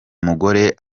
umugore